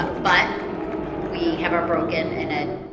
but but we have our broken, and ah